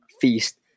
Feast